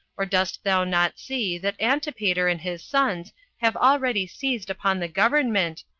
or dost thou not see that antipater and his sons have already seized upon the government,